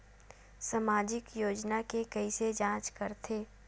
सामाजिक योजना के कइसे जांच करथे?